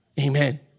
Amen